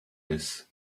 this